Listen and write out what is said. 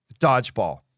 Dodgeball